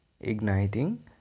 igniting